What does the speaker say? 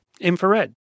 Infrared